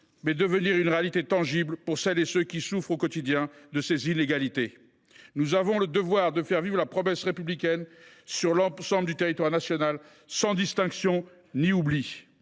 mais devenir une réalité tangible pour celles et ceux qui souffrent au quotidien de ces inégalités. Nous avons le devoir de faire vivre la promesse républicaine sur l’ensemble du territoire national, sans distinction ni oubli.